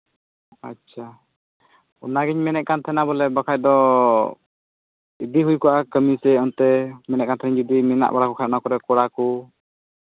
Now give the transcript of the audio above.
ᱟᱪᱪᱷᱟ ᱚᱱᱟᱜᱤᱧ ᱢᱮᱱᱮᱫ ᱛᱟᱦᱮᱸ ᱠᱟᱱ ᱵᱚᱞᱮ ᱵᱟᱠᱷᱟᱱ ᱫᱚ ᱤᱫᱤ ᱦᱩᱭ ᱠᱚᱜᱼᱟ ᱠᱟᱹᱢᱤᱛᱮ ᱚᱱᱛᱮ ᱢᱮᱱᱮᱫ ᱛᱟᱦᱮᱱᱤᱧ ᱡᱩᱫᱤ ᱢᱮᱱᱟᱜ ᱵᱟᱲᱟ ᱠᱚᱠᱷᱟᱱ ᱦᱟᱱᱟ ᱠᱚᱨᱮᱫ ᱠᱚᱲᱟ ᱠᱚ